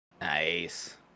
Nice